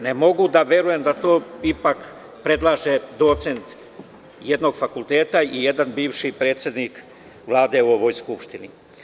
Ne mogu da verujem da to ipak predlaže docent jednog fakulteta i jedan bivši predsednik Vlade u ovoj Skupštini.